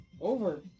over